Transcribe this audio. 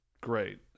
great